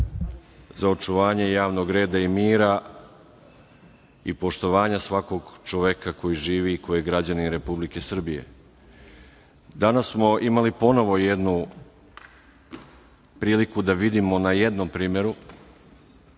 za očuvanje javnog reda i mira i poštovanja svakog čoveka koji živi i koji je građanin Republike Srbije. Danas smo imali ponovo jednu priliku da vidimo na jednom primeru